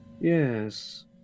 Yes